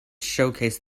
showcase